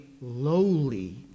lowly